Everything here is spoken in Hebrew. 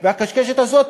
והקשקשת הזאת,